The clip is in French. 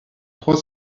trois